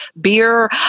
beer